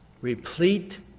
replete